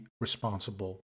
responsible